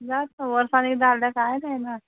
जाता वर्सान एकदां खाल्यार कांय जायना